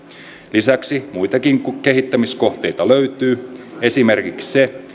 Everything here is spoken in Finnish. lisäksi muitakin kehittämiskohteita löytyy esimerkiksi se